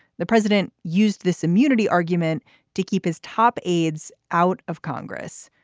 the president used this immunity argument to keep his top aides out of congress.